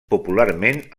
popularment